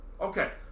Okay